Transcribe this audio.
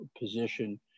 position